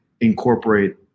incorporate